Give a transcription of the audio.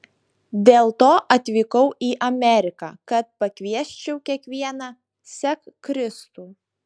dėl to atvykau į ameriką kad pakviesčiau kiekvieną sek kristų